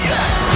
Yes